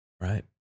Right